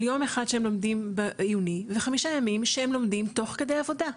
על יום אחד שהם לומדים בעיוני וחמישה ימים שהם לומדים תוך כדי עבודה.